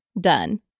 done